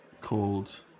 called